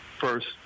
first